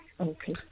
okay